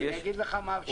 אני אגיד לך מה השיטה.